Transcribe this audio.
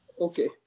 Okay